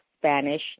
Spanish